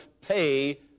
pay